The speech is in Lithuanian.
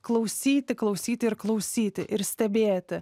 klausyti klausyti ir klausyti ir stebėti